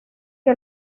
que